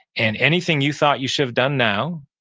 and anything you thought you should have done now